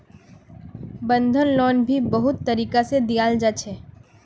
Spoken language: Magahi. बंधक लोन भी बहुत तरीका से दियाल जा छे